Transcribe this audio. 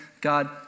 God